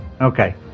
Okay